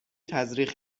تزریق